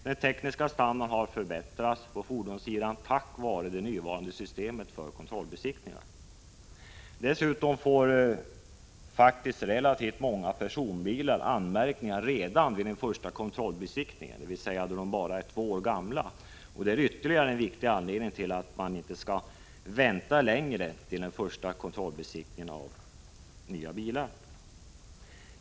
Den tekniska standarden på fordonssidan har förbättrats tack vare det nuvarande systemet för kontrollbesiktningar. Dessutom får faktiskt relativt många personbilar anmärkningar redan vid den första kontrollbesiktningen, dvs. när de är bara två år gamla. Det är ytterligare en viktig anledning till att man inte skall vänta längre tid till den första kontrollbesiktningen av nya bilar.